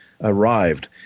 arrived